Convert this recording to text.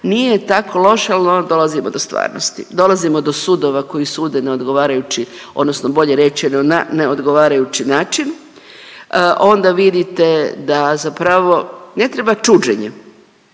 nije tako loše, al onda dolazimo do stvarnosti. Dolazimo do sudova koji sude na odgovarajući odnosno bolje reći na neodgovarajući način. Onda vidite da zapravo ne treba čuđenje.